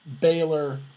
Baylor